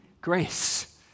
Grace